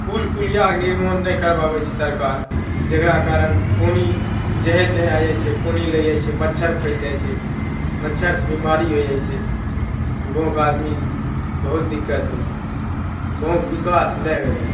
पुल पुलियाके निर्माण नहि करबबैत छै सरकार जेकरा कारण पानि जहे तहे आ जाइत छै पानि लागि जाइत छै मच्छर फैल जाइत छै मच्छर से बीमारी हो जाइत छै गाँवके आदमी बहुत दिक्कत होइ छै गाँवके बिकास नहि हो रहैत